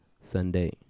Sunday